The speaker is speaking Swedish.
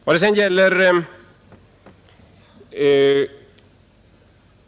I vad sedan gäller